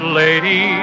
lady